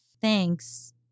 Thanks